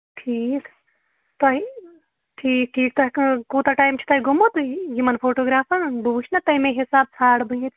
ٹھیٖک تۄہہِ ٹھیٖک ٹھیٖک تۄہہِ کوٗتاہ ٹایم چھُو تۄہہِ گوٚمُت یِمَن فوٹوگرافَن بہٕ وٕچھنا تَمے حِساب ژھانرٕ بہٕ ییٚتہِ